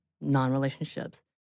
non-relationships